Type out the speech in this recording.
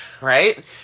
Right